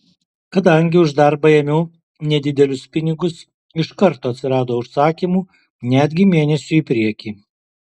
kadangi už darbą ėmiau nedidelius pinigus iš karto atsirado užsakymų netgi mėnesiui į priekį